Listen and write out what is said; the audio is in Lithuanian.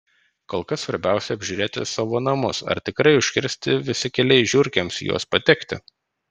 kol kas svarbiausia apžiūrėti savo namus ar tikrai užkirsti visi keliai žiurkėms į juos patekti